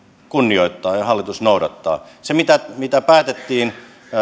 kunnioittaa ja noudattaa siitä mitä päätettiin